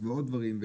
כן.